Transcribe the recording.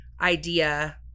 idea